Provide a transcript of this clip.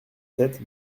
sept